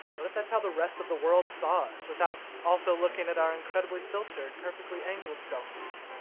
what if that's how the rest of the world saw us without also looking at our incredibly filtered, perfectly angled selfies?